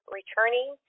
returning